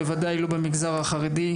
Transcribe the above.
בוודאי לא במגזר החרדי,